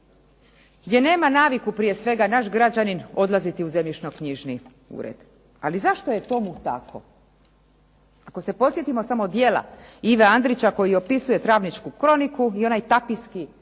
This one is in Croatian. gdje nema naviku prije svega naš građanin odlaziti u zemljišno-knjižni ured. Ali zašto je tomu tako? Ako se podsjetimo djela Ive Andrića koji opisuje Travničku kroniku i onaj tapijski sustav